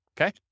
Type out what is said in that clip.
Okay